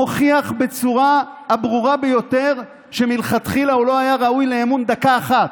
מוכיח בצורה הברורה ביותר שמלכתחילה הוא לא היה ראוי לאמון דקה אחת.